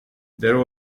there